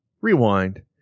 rewind